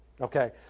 Okay